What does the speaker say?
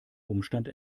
umstand